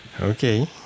Okay